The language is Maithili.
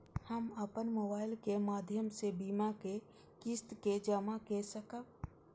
हम अपन मोबाइल के माध्यम से बीमा के किस्त के जमा कै सकब?